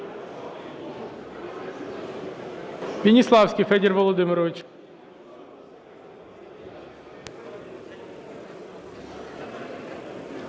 Веніславський Федір Володимирович.